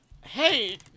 hey